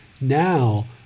now